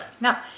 Now